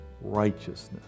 righteousness